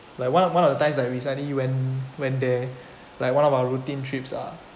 like one of one of the times that we suddenly when when there like one of our routine trips ah